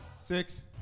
six